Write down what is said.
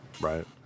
Right